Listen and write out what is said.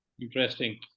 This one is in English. interesting